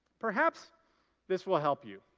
perhaps this will help you.